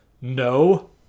no